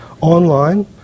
online